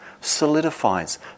solidifies